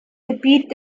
gebiet